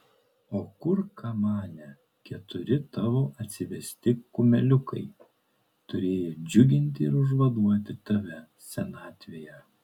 o kur kamane keturi tavo atsivesti kumeliukai turėję džiuginti ir užvaduoti tave senatvėje